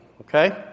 okay